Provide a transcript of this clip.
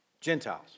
Gentiles